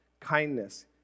kindness